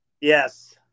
Yes